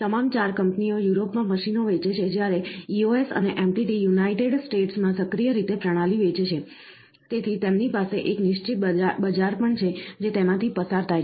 તમામ 4 કંપનીઓ યુરોપમાં મશીનો વેચે છે જ્યારે EOS અને MTT યુનાઇટેડ સ્ટેટ્સમાં સક્રિય રીતે પ્રણાલી વેચે છે તેથી તેમની પાસે એક નિશ્ચિત બજાર પણ છે જે તેમાંથી પસાર થાય છે